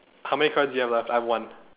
how many cards do you have left I have one